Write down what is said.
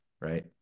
right